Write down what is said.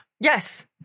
Yes